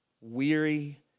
weary